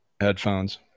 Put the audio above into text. Headphones